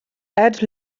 add